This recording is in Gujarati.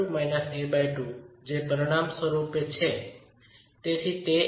તેથી N l2 a2 જે પરિણામસ્વરૂપે બેઠો છે તેથી તે e છે